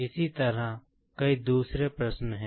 इसी तरह कई दूसरे प्रश्न हैं